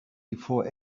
before